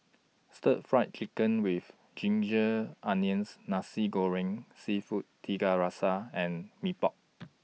Stir Fried Chicken with Ginger Onions Nasi Goreng Seafood Tiga Rasa and Mee Pok